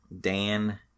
Dan